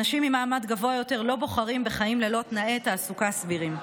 אנשים ממעמד גבוה יותר לא בוחרים בחיים ללא תנאי תעסוקה סבירים.